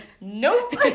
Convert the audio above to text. Nope